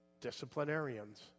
disciplinarians